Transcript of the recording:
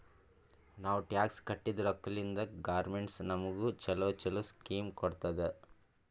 ನಾವ್ ಟ್ಯಾಕ್ಸ್ ಕಟ್ಟಿದ್ ರೊಕ್ಕಾಲಿಂತೆ ಗೌರ್ಮೆಂಟ್ ನಮುಗ ಛಲೋ ಛಲೋ ಸ್ಕೀಮ್ ಕೊಡ್ತುದ್